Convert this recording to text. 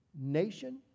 nation